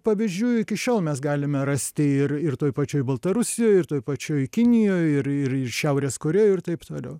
pavyzdžių iki šiol mes galime rasti ir ir toj pačioj baltarusijoj ir toj pačioj kinijoj ir ir šiaurės korėjoj ir taip toliau